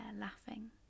laughing